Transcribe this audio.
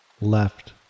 Left